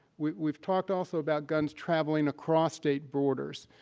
we've talked also about guns traveling across state borders.